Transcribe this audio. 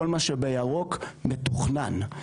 כל מה שבירוק מתוכנן.